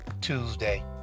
Tuesday